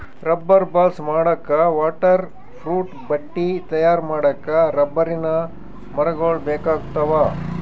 rubber balls ಮಾಡಕ್ಕಾ water proof ಬಟ್ಟಿ ತಯಾರ್ ಮಾಡಕ್ಕ್ ರಬ್ಬರಿನ್ ಮರಗೊಳ್ ಬೇಕಾಗ್ತಾವ